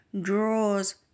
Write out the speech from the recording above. draws